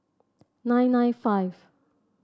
nine nine five